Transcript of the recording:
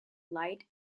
light